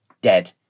dead